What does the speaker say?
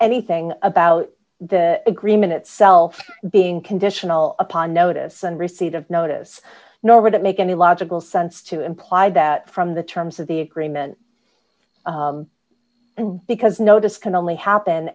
anything about the agreement itself being conditional upon notice and receipt of notice nor would it make any logical sense to imply that from the terms of the agreement because no this can only happen